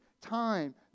time